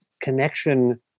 connection